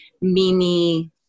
Mimi